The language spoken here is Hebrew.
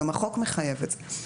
גם החוק מחייב את זה.